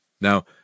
now